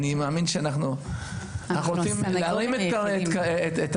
אנחנו רוצים להרים את הקרן.